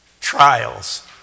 trials